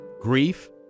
grief